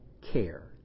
care